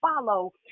Follow